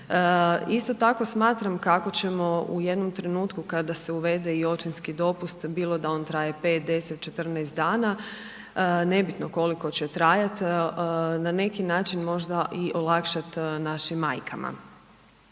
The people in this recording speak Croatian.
Isto tako smatram kako ćemo u jednom trenutku kada se uvede i očinski dopust bilo da on traje 5, 10, 14 dana, nebitno koliko će trajat, na neki način možda i olakšat našim majkama.